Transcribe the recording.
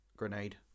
Grenade